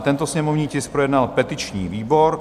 Tento sněmovní tisk projednal petiční výbor.